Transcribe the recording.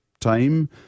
time